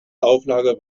auflage